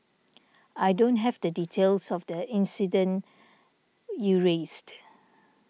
I don't have the details of the incident you raised